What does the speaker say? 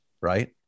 right